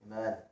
Amen